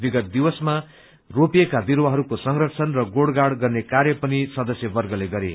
विगत दिवसमा रोपिएका विरूवाहरूको संरक्षण र गोड़गाड़ गर्ने काम पनि सदस्यवर्गले गरे